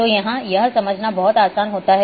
तो यहाँ यह समझना बहुत आसान हो जाता है